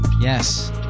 Yes